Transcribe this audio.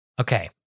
Okay